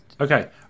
Okay